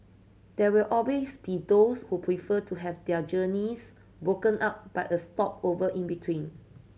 there will always be those who prefer to have their journeys broken up by a stopover in between